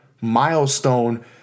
milestone